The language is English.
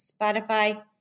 Spotify